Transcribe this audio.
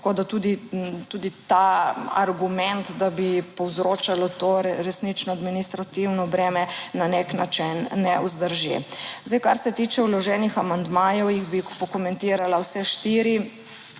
da tudi, tudi ta argument, da bi povzročalo to resnično administrativno breme, na nek način ne vzdrži. Zdaj, kar se tiče vloženih amandmajev, jih bi pokomentirala vse štiri